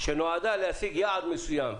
שנועדה להשיג יעד מסוים,